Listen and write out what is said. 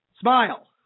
smile